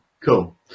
Cool